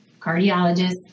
cardiologist